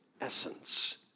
essence